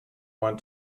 want